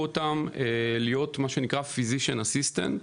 אותם להיות מה שנקרא physician assistant.